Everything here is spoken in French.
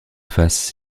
fasse